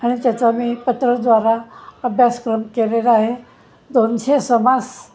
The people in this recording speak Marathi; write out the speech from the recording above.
आणि त्याचा मी पत्रद्वारा अभ्यासक्रम केलेला आहे दोनशे समास